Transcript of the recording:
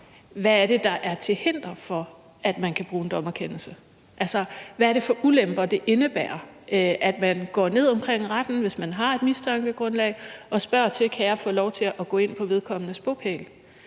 hvad det er, der er til hinder for, at man kan bruge en dommerkendelse, altså hvad det er for ulemper, det indebærer, at man går omkring retten, hvis man har et mistankegrundlag, og spørger: Kan jeg få lov til at gå ind på vedkommendes bopæl?